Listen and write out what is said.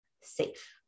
safe